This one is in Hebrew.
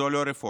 זאת לא רפורמה,